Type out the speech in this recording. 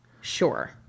Sure